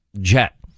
jet